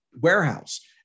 warehouse